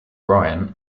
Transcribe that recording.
bryan